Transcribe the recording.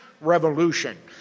Revolution